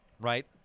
right